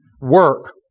work